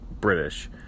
British